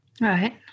Right